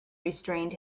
restrained